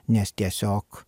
nes tiesiog